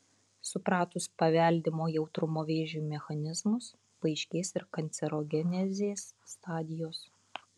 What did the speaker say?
supratus paveldimo jautrumo vėžiui mechanizmus paaiškės ir kancerogenezės stadijos